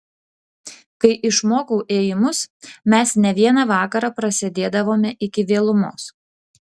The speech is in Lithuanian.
kai išmokau ėjimus mes ne vieną vakarą prasėdėdavome iki vėlumos